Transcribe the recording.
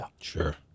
Sure